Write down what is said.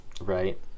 Right